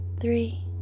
three